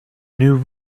new